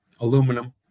aluminum